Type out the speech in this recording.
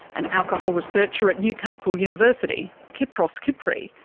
an alcohol researcher at newcastle university, kypros kypri,